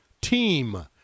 team